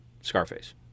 Scarface